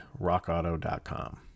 rockauto.com